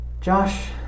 Josh